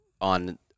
on